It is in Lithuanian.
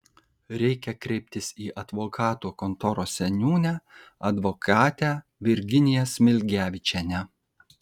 reikia kreiptis į advokatų kontoros seniūnę advokatę virginiją smilgevičienę